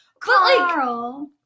carl